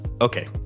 Okay